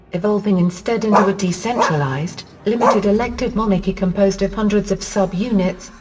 evolving instead into a decentralized, limited elective monarchy composed of hundreds of sub-units,